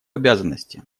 обязанности